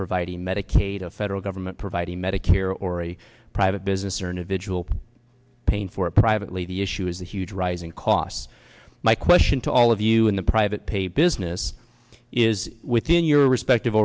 providing medicaid a federal government providing medicare or a private business or individual pain for a privately the issue is a huge rising costs my question to all of you in the private pay business is within your respective